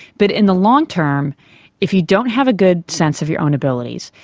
but in the long term if you don't have a good sense of your own abilities,